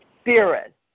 spirit